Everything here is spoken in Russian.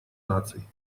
наций